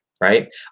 Right